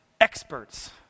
experts